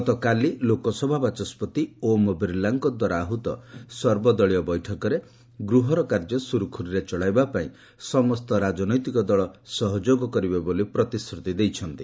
ଗତକାଲି ଲୋକସଭା ବାଚସ୍କତି ଓମ୍ ବିର୍ଲାଙ୍କ ଦ୍ୱାରା ଆହୃତ ସର୍ବଦଳୀୟ ବୈଠକରେ ଗୃହର କାର୍ଯ୍ୟ ସୁରୁଖୁରୁରେ ଚଳାଇବା ପାଇଁ ସମସ୍ତ ରାଜନୈତିକ ଦଳ ସହଯୋଗ କରିବେ ବୋଲି ପ୍ରତିଶ୍ରତି ଦେଇଛନ୍ତି